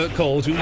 calls